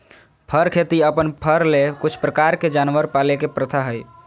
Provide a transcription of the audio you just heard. फर खेती अपन फर ले कुछ प्रकार के जानवर पाले के प्रथा हइ